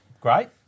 Great